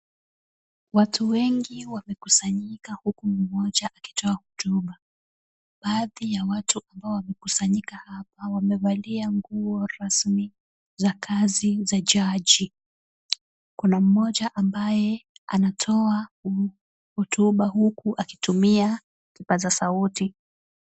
Watu wengi wamekusanyika huku mmoja akitoa hotuba. Baadhi ya watu ambao wamekusanyika hapa wamevalia nguo rasmi za kazi za jaji. Kuna mmoja ambaye anatoa hotuba huku akitumia kipaza sauti